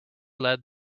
led